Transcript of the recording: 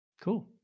Cool